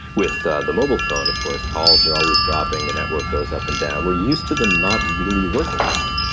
with the the mobile phone of course calls are always dropping, the network goes up and down. we are used to them not really working well,